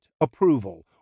approval